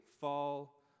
fall